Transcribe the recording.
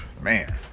man